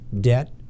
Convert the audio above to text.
Debt